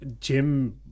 Jim